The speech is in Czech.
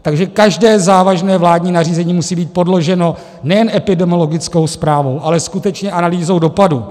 Takže každé závažné vládní nařízení musí být podloženo nejen epidemiologickou zprávou, ale skutečně analýzou dopadů.